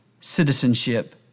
citizenship